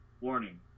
warning